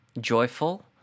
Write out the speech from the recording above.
joyful